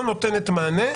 לא נותנת מענה,